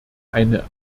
eine